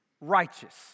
righteous